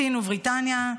סין ובריטניה,